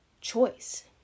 choice